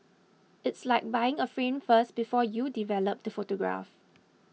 it's like buying a frame first before you develop the photograph